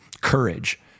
courage